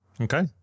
Okay